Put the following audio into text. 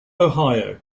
ohio